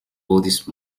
buddhist